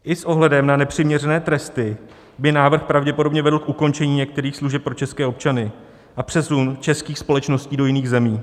I s ohledem na nepřiměřené tresty by návrh pravděpodobně vedl k ukončení některých služeb pro české občany a přesunu českých společností do jiných zemí.